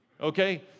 Okay